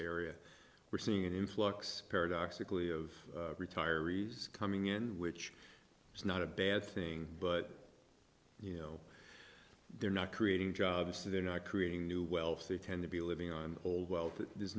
area we're seeing an influx paradoxically of retirees coming in which is not a bad thing but you know they're not creating jobs they're not creating new wealth they tend to be living on old wealth th